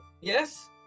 Yes